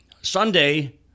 Sunday